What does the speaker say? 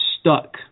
stuck